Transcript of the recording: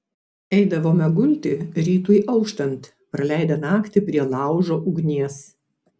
eidavome gulti rytui auštant praleidę naktį prie laužo ugnies